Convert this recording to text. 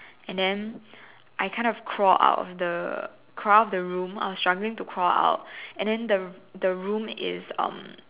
and then I kind of crawled out of the crawled out of the room I was struggling to crawl out and then the r~ the room is um